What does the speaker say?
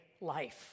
life